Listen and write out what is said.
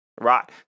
Right